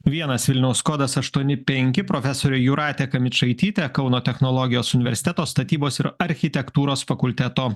vienas vilniaus kodas aštuoni penki profesorė jūratė kamičaitytė kauno technologijos universiteto statybos ir architektūros fakulteto